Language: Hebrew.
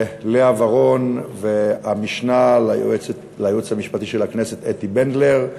לאה ורון והמשנה ליועץ המשפטי של הכנסת אתי בנדלר,